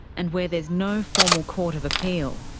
and where there's no formal court of appeal.